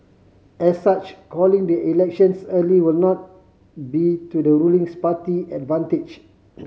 as such calling the elections early will not be to the rulings party advantage